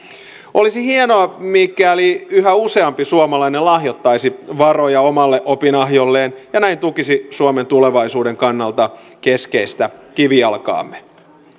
olisi hienoa mikäli yhä useampi suomalainen lahjoittaisi varoja omalle opinahjolleen ja näin tukisi suomen tulevaisuuden kannalta keskeistä kivijalkaamme